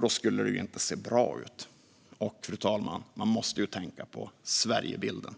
Då skulle det inte se bra ut, fru talman, och man måste ju tänka på "Sverigebilden".